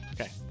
Okay